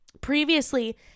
Previously